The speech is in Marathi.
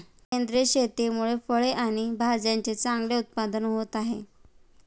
सेंद्रिय शेतीमुळे फळे आणि भाज्यांचे चांगले उत्पादन होत आहे